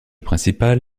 principal